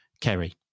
Kerry